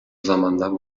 zamandan